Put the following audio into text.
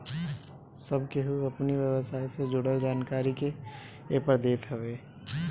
सब केहू अपनी व्यवसाय से जुड़ल जानकारी के एपर देत हवे